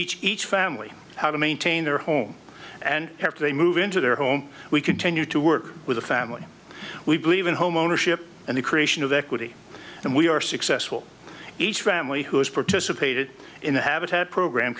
teach each family how to maintain their home and have to move into their home we continue to work with a family we believe in homeownership and the creation of equity and we are successful each family who has participated in the habitat program